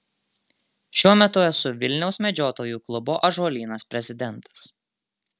šiuo metu esu vilniaus medžiotojų klubo ąžuolynas prezidentas